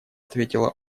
ответила